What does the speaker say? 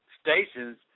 stations